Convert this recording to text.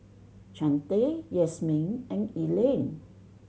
Chante Yasmeen and Elaine